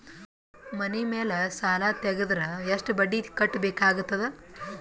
ಮನಿ ಮೇಲ್ ಸಾಲ ತೆಗೆದರ ಎಷ್ಟ ಬಡ್ಡಿ ಕಟ್ಟಬೇಕಾಗತದ?